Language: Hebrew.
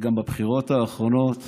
בבחירות האחרונות